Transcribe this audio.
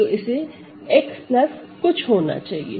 तो इसे x कुछ होना चाहिए